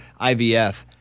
IVF